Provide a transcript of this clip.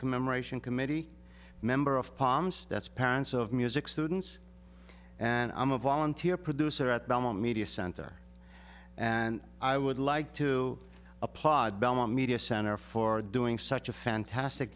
commemoration committee member of palms that's parents of music students and i'm a volunteer producer at belmont media center and i would like to applaud belmont media center for doing such a fantastic